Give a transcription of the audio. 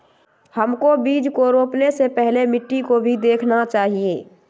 हमको बीज को रोपने से पहले मिट्टी को भी देखना चाहिए?